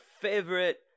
favorite